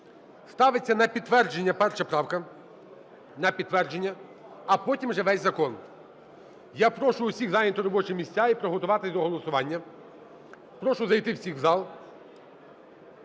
Ставиться на підтвердження перша правка, на підтвердження, а потім вже весь закон. Я прошу всіх зайняти робочі місця і приготуватися до голосування. Прошу зайти всіх у зал.